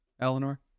Eleanor